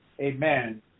amen